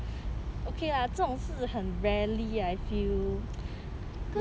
okay lah 这种是很 rarely ah I feel